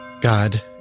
God